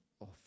off